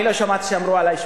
אני לא שמעתי שאמרו עלי,